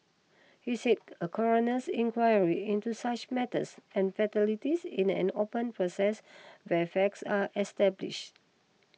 he said a coroner's inquiry into such matters and fatalities is an open process where facts are establish